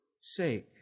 sake